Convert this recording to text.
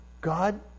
God